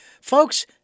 Folks